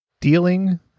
dealing